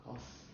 cause